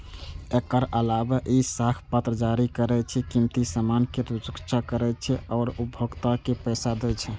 एकर अलावे ई साख पत्र जारी करै छै, कीमती सामान के सुरक्षा करै छै आ उपभोक्ता के पैसा दै छै